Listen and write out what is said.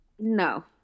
No